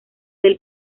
del